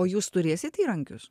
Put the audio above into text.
o jūs turėsit įrankius